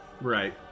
Right